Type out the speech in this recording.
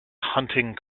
hunting